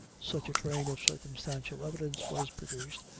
such a train of circumstantial evidence was produced,